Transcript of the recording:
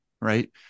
right